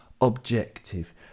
objective